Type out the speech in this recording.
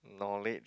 knowledge